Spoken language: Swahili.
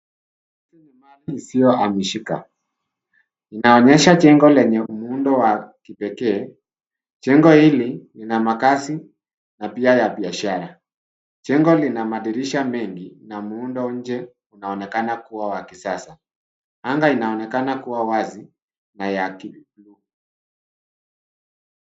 Hii ni mali isiyohamishika. Inaonyesha jengo lenye muundo wa kipekee. Jengo hili, lina makazi na pia ya biashara. Jengo lina madirisha mengi na muundo nje unaonekana kuwa wa kisasa. Anga inaonekana kuwa wazi, na ya kibluu.